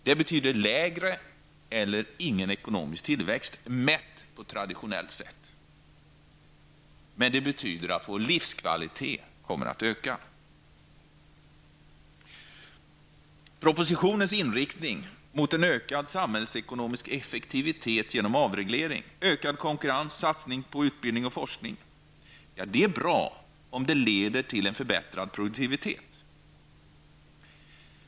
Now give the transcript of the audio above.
Det betyder en lägre eller ingen ekonomisk tillväxt, mätt på traditionellt sätt. Men det betyder att vår livskvalitet kommer att öka. Propositionens inriktning mot en ökad samhällsekonomisk effektivitet genom avreglering, ökad konkurrens samt satsning på utbildning och forskning är bra, om detta leder till en förbättrad produktivitet.